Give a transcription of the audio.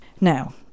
now